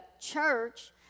church